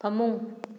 ꯐꯃꯨꯡ